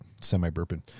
semi-burping